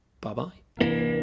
bye-bye